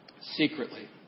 Secretly